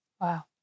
Wow